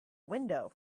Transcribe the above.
window